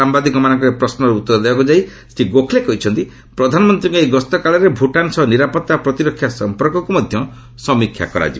ସାମ୍ଭାଦିକମାନଙ୍କର ଏକ ପ୍ରଶ୍ନର ଉତ୍ତର ଦେବାକୁ ଯାଇ ଶ୍ରୀ ଗୋଖ୍ଲେ କହିଛନ୍ତି ପ୍ରଧାନମନ୍ତ୍ରୀଙ୍କ ଏହି ଗସ୍ତ କାଳରେ ଭୂଟାନ ସହ ନିରାପତ୍ତା ଓ ପ୍ରତିରକ୍ଷା ସମ୍ପର୍କକୁ ମଧ୍ୟ ସମୀକ୍ଷା କରାଯିବ